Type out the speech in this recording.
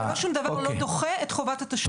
שום דבר לא דוחה את חובת התשלום.